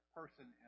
person